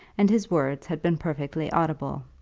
and his words had been perfectly audible.